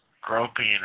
Groping